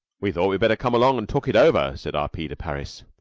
we thought we'd better come along and talk it over, said r. p. de parys.